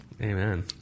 Amen